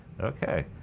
okay